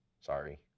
Sorry